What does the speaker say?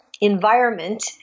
environment